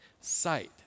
sight